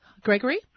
Gregory